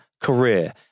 career